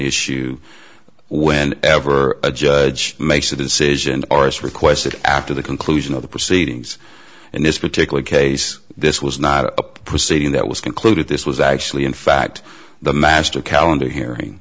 issue when ever a judge makes a decision arce requested after the conclusion of the proceedings in this particular case this was not a proceeding that was concluded this was actually in fact the master calendar hearing